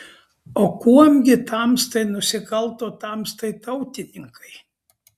o kuom gi tamstai nusikalto tamstai tautininkai